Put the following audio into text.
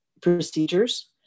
procedures